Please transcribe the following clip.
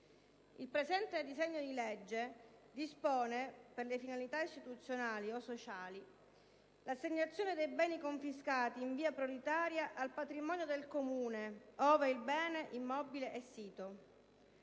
Il presente disegno di legge dispone per le finalità istituzionali o sociali l'assegnazione dei beni confiscati in via prioritaria al patrimonio del Comune ove il bene immobile è sito.